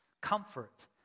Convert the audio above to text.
Comfort